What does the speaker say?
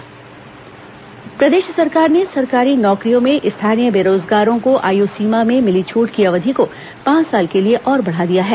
मंत्रिमंडल निर्णय प्रदेश सरकार ने सरकारी नौकरियों में स्थानीय बेरोजगारों को आयु सीमा में मिली छूट की अवधि को पांच साल के लिए और बढ़ा दिया है